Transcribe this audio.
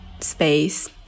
space